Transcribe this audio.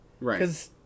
Right